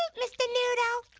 mr. noodle.